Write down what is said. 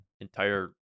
entire